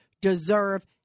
deserve